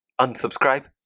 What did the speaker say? Unsubscribe